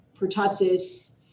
pertussis